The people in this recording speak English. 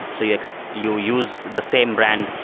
so you you use the same brand,